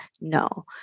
no